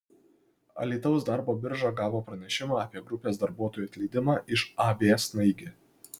alytaus darbo birža gavo pranešimą apie grupės darbuotojų atleidimą iš ab snaigė